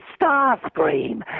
Starscream